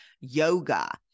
yoga